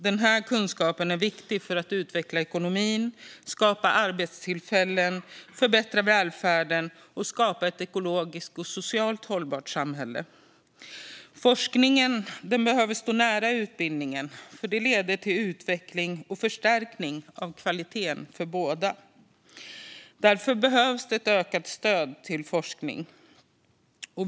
Denna kunskap är viktig för att utveckla ekonomin, skapa arbetstillfällen, förbättra välfärden och skapa ett ekologiskt och socialt hållbart samhälle. Forskningen behöver stå nära utbildningen, eftersom det leder till utveckling och förstärkning av kvaliteten för båda. Därför behövs ett ökat stöd till forskning.